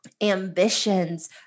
ambitions